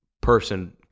person